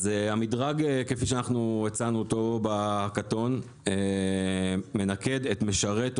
המדרג כפי שהצענו אותו בהקאתון מנקד את משרת או